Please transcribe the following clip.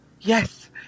Yes